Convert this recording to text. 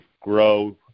grow